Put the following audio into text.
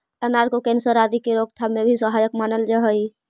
अनार को कैंसर आदि के रोकथाम में भी सहायक मानल जा हई